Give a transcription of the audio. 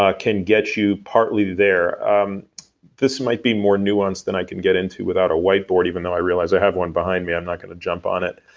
ah can get you partly there um this might be more nuance than i can get into without a white board, even though i realize i have one behind me, i'm not gonna jump on it.